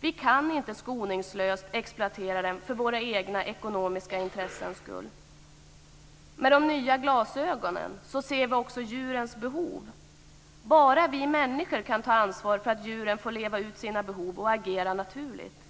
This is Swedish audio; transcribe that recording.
Vi kan inte skoningslöst exploatera dem för våra egna ekonomiska intressen. Men de nya glasögonen ser vi också djurens behov. Bara vi människor kan ta ansvar för att djuren får leva ut sina behov och agera naturligt.